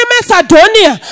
Macedonia